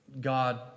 God